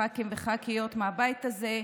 ח"כים וח"כיות מהבית הזה,